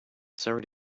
sorry